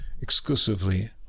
exclusively